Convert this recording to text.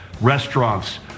restaurants